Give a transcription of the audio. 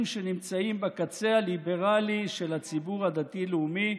שנמצאים בקצה הליברלי של הציבור הדתי-לאומי,